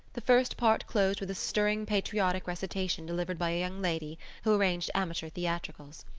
the first part closed with a stirring patriotic recitation delivered by a young lady who arranged amateur theatricals.